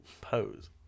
pose